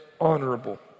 honorable